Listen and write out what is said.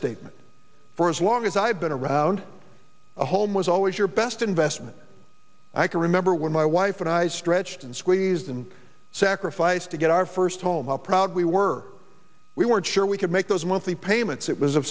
statement for as long as i've been around a home was always your best investment i can remember when my wife and i stretched and squeezed and sacrificed to get our first home the proud we were we weren't sure we could make those monthly payments it was a